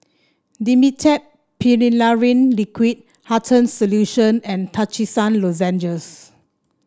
Dimetapp Phenylephrine Liquid Hartman's Solution and Trachisan Lozenges